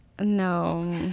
No